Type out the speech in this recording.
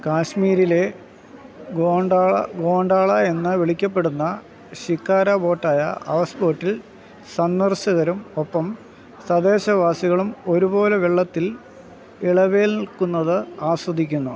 കാശ്മീരിലെ gondola gondola എന്ന് വിളിക്കപ്പെടുന്ന ശിക്കാര ബോട്ട് ആയ ഹൗസ് ബോട്ടിൽ സന്ദർശകരും ഒപ്പം തദ്ദേശവാസികളും ഒരുപോലെ വെള്ളത്തില് ഇളവേല്ക്കുന്നത് ആസ്വദിക്കുന്നു